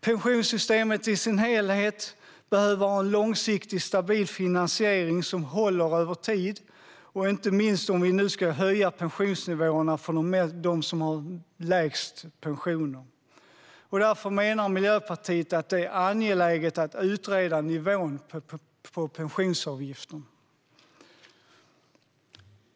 Pensionssystemet i sin helhet behöver ha en långsiktigt stabil finansiering som håller över tid, inte minst om vi nu ska kunna höja pensionsnivåerna för dem med lägst pension. Därför menar Miljöpartiet att det är angeläget att utreda nivån på pensionsavgiften.